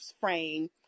frame